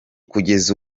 kugeza